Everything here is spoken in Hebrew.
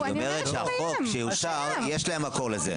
היא אומרת שבחוק שאושר יש מקור לזה.